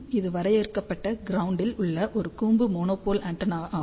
இது வரையறுக்கப்பட்ட க்ரௌண்ட் ல் உள்ள ஒரு கூம்பு மோனோபோல் ஆண்டெனா ஆகும்